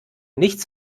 nichts